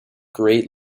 great